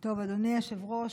אדוני היושב-ראש,